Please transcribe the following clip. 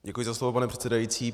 Děkuji za slovo, pane předsedající.